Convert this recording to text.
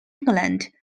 england